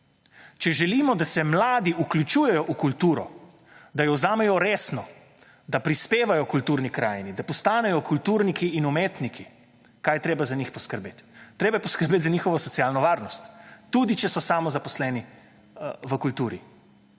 Če želimo, da se mladi vključujejo v kulturo, da jo vzamejo resno, da prispevajo kulturni krajini, da postanejo kulturniki in umetniki, kaj je treba za njih poskrbet? Treba je poskrbet za njihovo socialno varnost, tudi, če so samozaposleni v kulturi.